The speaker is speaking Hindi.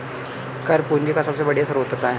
कर पूंजी का सबसे बढ़िया स्रोत होता है